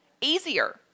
easier